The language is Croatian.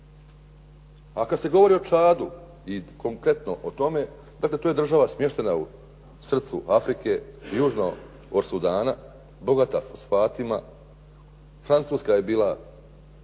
A kad se govori o Čadu i konkretno o tome, dakle to je država smještena u srcu Afrike južno od Sudana bogata fosfatima. Francuska je bila